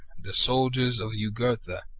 the soldiers of jugurtha,